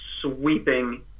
sweeping